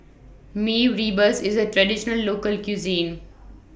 Mee Rebus IS A Traditional Local Cuisine